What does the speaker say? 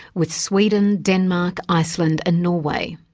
with sweden, denmark, iceland and norway.